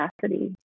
capacity